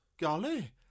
Golly